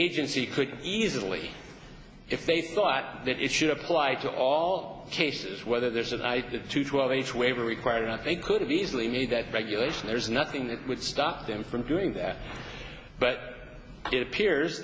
agency could easily if they thought that it should apply to all cases whether there's an i two twelve h way were required i think could have easily made that regulation there's nothing that would stop them from doing that but it appears